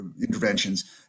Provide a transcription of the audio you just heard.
interventions